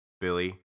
Billy